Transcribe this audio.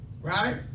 Right